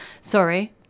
Sorry